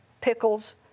pickles